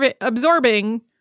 absorbing